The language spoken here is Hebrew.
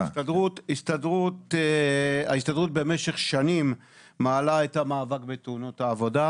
ההסתדרות מעלה במשך שנים את המאבק בתאונות העבודה,